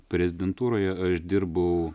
prezidentūroje aš dirbau